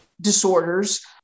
disorders